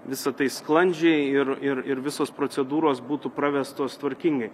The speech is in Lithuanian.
visa tai sklandžiai ir ir ir visos procedūros būtų pravestos tvarkingai